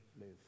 live